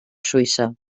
suïssa